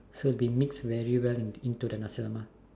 so it will mix valuable into the nasi lemak